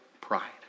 pride